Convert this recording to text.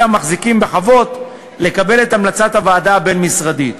המחזיקים בחוות לקבל את המלצת הוועדה הבין-משרדית.